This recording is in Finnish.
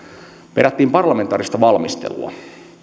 perättiin parlamentaarista valmistelua